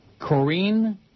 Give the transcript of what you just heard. Corrine